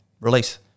release